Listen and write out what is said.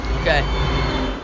Okay